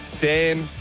Dan